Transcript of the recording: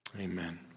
amen